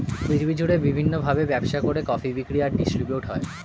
পৃথিবী জুড়ে বিভিন্ন ভাবে ব্যবসা করে কফি বিক্রি আর ডিস্ট্রিবিউট হয়